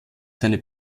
seine